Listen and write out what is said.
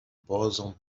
posam